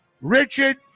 Richard